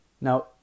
Now